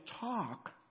talk